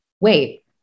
wait